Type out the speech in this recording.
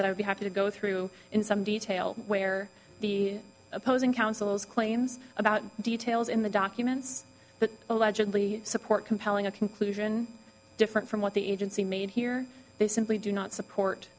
that i'd be happy to go through in some detail where the opposing counsel is claims about details in the documents that allegedly support compelling a conclusion different from what the agency made here they simply do not support